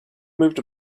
moved